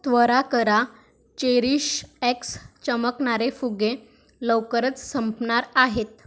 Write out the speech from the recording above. त्वरा करा चेरीशएक्स चमकणारे फुगे लवकरच संपणार आहेत